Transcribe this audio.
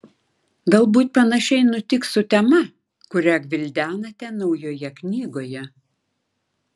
galbūt panašiai nutiks su tema kurią gvildenate naujoje knygoje